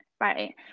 right